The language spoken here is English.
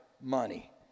money